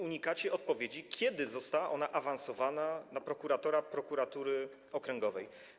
Unikacie odpowiedzi, kiedy została ona awansowana na prokuratora prokuratury okręgowej.